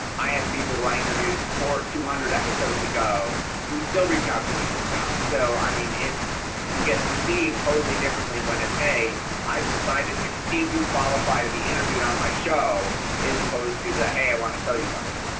i have people who i interviewed for two hundred episodes ago who still reach out to me for stuff. so i mean it's you get perceived totally differently when it's hey i've decided to give you qualify to be interviewed on my show as opposed to the hey i want to sell you something.